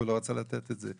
כי הוא לא רצה לתת את זה,